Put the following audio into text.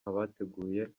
abateguye